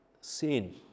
sin